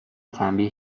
تنبیه